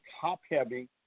top-heavy